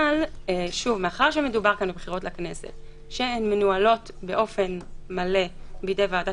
אבל מאחר ומדובר בבחירות לכנסת שמנוהלות באופן מלא בידי ועדת